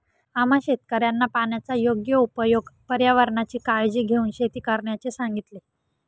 आम्हा शेतकऱ्यांना पाण्याचा योग्य उपयोग, पर्यावरणाची काळजी घेऊन शेती करण्याचे सांगितले